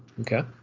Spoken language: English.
okay